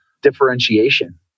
differentiation